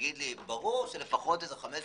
תגיד לי: ברור שאיזה 15,